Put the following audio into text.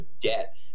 debt